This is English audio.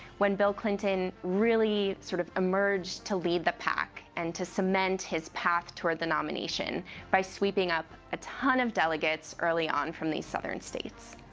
when bill clinton really sort of emerged to lead the pack. and to submit his path to the nomination by sweeping up a ton of delegates early on from the southern states.